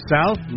South